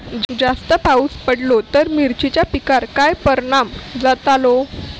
जास्त पाऊस पडलो तर मिरचीच्या पिकार काय परणाम जतालो?